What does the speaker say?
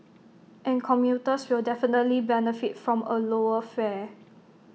and commuters will definitely benefit from A lower fare